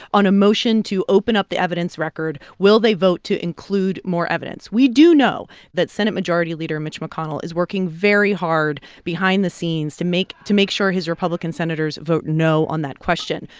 on a motion to open up the evidence record, will they vote to include more evidence? we do know that senate majority leader mitch mcconnell is working very hard behind the scenes to make to make sure his republican senators vote no on that question.